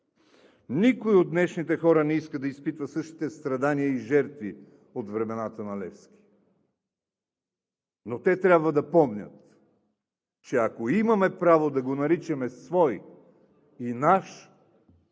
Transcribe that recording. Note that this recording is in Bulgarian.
Никой от днешните хора не иска да изпитва същите страдания и жертви от времената на Левски. Но те трябва да помнят, че ако имаме право да го наричаме свой и наш,